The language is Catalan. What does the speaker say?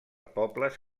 pobles